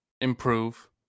improve